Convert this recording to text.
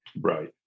Right